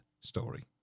story